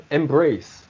embrace